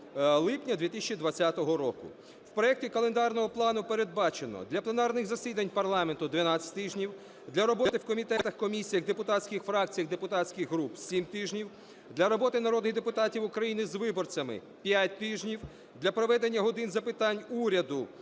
липня 2020 року. В проекті календарного плану передбачено: для пленарних засідань парламенту - 12 тижнів, для роботи в комітетах, комісіях, депутатських фракціях, депутатських групах - 7 тижнів, для роботи народних депутатів України з виборцями - 5 тижнів, для проведення "годин запитань до